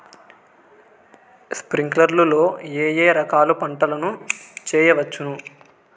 స్ప్రింక్లర్లు లో ఏ ఏ రకాల పంటల ను చేయవచ్చును?